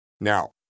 Now